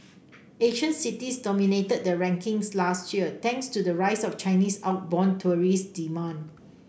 Asian cities dominated the rankings last year thanks to the rise of Chinese outbound tourism demand